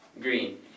Green